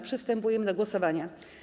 Przystępujemy do głosowania.